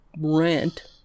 rent